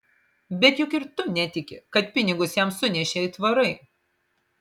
bet juk ir tu netiki kad pinigus jam sunešė aitvarai